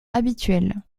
habituel